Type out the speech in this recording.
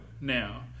now